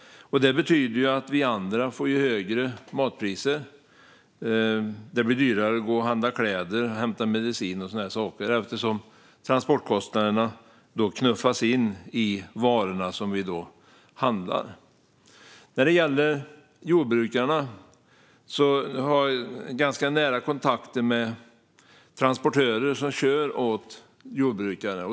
Det betyder att vi får högre matpriser. Det blir också dyrare att handla kläder, att hämta ut medicin och sådana saker eftersom transportkostnaderna puttas in i de varor som vi handlar. När det gäller jordbrukarna har jag ganska nära kontakter med transportörer som kör åt jordbrukare.